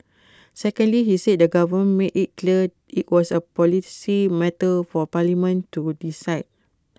secondly he said the government made IT clear IT was A policy matter for parliament to decide